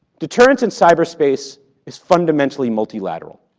deterrence in cyberspace is fundamentally multilateral.